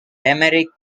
limerick